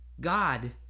God